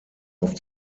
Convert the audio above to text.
auf